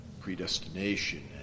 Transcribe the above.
predestination